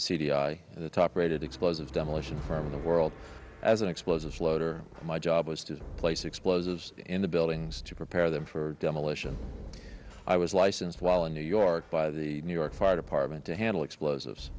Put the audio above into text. i the top rated explosive demolition firm of the world as an explosive floater my job was to place explosives in the buildings to prepare them for demolition i was licensed while in new york by the new york fire department to handle explosives